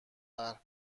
قهر